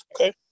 Okay